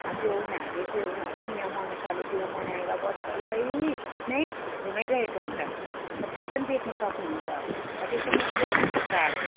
त्यो उनीहरूले त्यो उनीहरूको नियम अनुसारले त्यो मनाएर बजार डल्लै नै घुमाइरहेको हुन्छ त्यो पनि देख्नु सक्नु हुन्छ त्यो चाहिँ मुसुलमानहरूको चाड हो